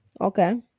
Okay